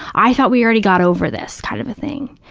i thought we already got over this, kind of a thing.